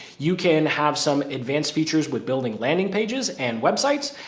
you can have some advanced features with building landing pages and websites.